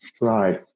Right